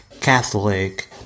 Catholic